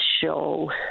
show